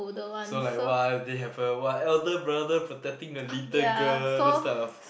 so like !wah! they have a !wah! elder brother protecting the little girl those type of